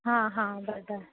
हां हां बदल